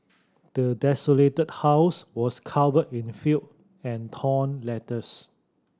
the desolated house was covered in filth and torn letters